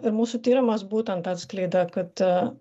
ir mūsų tyrimas būtent atskleidė kad